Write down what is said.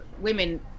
women